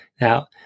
Now